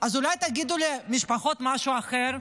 אז אולי תגידו למשפחות משהו אחר?